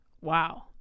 Wow